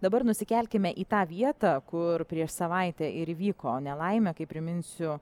dabar nusikelkime į tą vietą kur prieš savaitę ir įvyko nelaimė kaip priminsiu